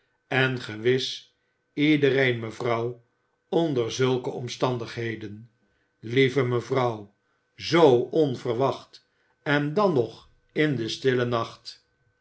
en gewis iedereen mevrouw onder zulke omstandigheden lieve mevrouw zoo onverwacht en dan nog in den stillen nacht